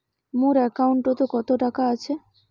মোর একাউন্টত কত টাকা আছে?